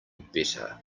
better